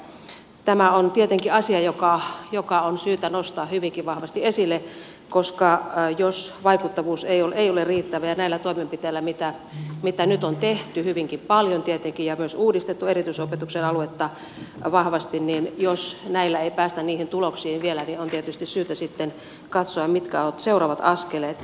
elikkä tämä on tietenkin asia joka on syytä nostaa hyvinkin vahvasti esille koska jos vaikuttavuus ei ole riittävää näillä toimenpiteillä mitä nyt on tehty hyvinkin paljon tietenkin ja myös on uudistettu erityisopetuksen aluetta vahvasti eli jos näillä ei päästä niihin tuloksiin vielä niin on tietysti syytä sitten katsoa mitkä ovat seuraavat askeleet